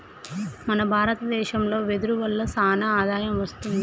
మన భారత దేశంలో వెదురు వల్ల సానా ఆదాయం వస్తుంది